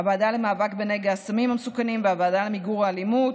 הוועדה למאבק בנגע הסמים המסוכנים והוועדה למיגור האלימות.